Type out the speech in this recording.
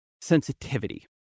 sensitivity